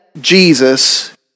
Jesus